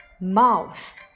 mouth